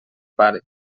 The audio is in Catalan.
pare